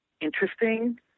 interesting